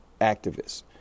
activists